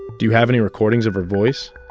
do you have any recordings of her voice?